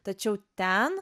tačiau ten